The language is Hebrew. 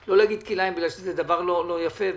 לא להגיד כלאיים בגלל שזה דבר לא יפה.